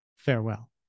farewell